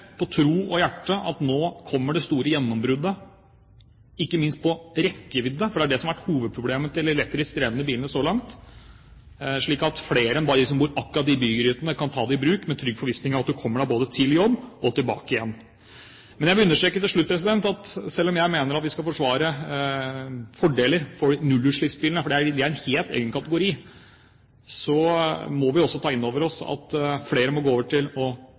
hjerte at nå kommer det store gjennombruddet, ikke minst på rekkevidde, for det er det som har vært hovedproblemet til de elektrisk drevne bilene så langt – slik at flere enn bare de som bor akkurat i byene, kan ta dem i bruk, i trygg forvissning om at du kommer deg både til jobb og tilbake igjen. Men til slutt vil jeg understreke igjen at selv om jeg mener at vi skal forsvare fordelene for nullutslippsbilene – for det er en helt egen kategori – må vi også ta inn over oss at flere må gå over til å